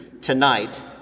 tonight